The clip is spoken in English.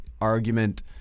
argument